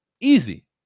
Easy